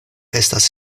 estas